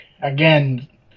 again